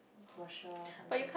washer or something